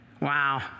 Wow